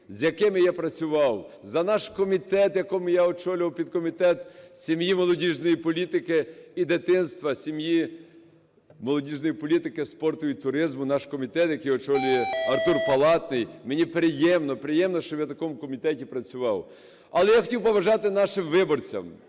з якими я працював, за наш комітет, в якому я очолював підкомітет сім'ї молодіжної політики і дитинства, сім'ї молодіжної політики, спорту і туризму, наш комітет, який очолює Артур Палатний. Мені приємно, приємно, що я в такому комітеті працював. Але я хотів побажати нашим виборцям: